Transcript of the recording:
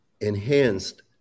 enhanced